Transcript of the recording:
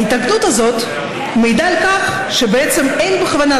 ההתנגדות הזאת מעידה על כך שבעצם אין בכוונת